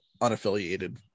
unaffiliated